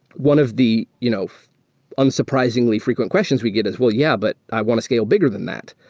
one of the you know unsurprisingly frequent questions we get is, well, yeah. but i want to scale bigger than that.